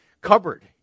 cupboard